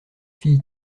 fille